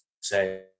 say